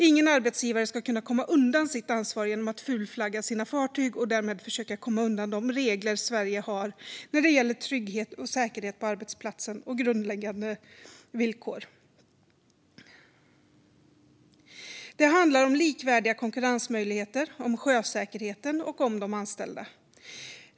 Ingen arbetsgivare ska kunna komma undan sitt ansvar genom att fulflagga sina fartyg och därmed försöka komma undan de regler Sverige har när det gäller trygghet och säkerhet på arbetsplatsen och grundläggande villkor. Det handlar om likvärdiga konkurrensmöjligheter, om sjösäkerheten och om de anställda.